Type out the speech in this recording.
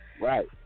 Right